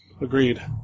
Agreed